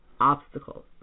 obstacles